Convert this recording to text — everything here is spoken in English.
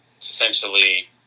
essentially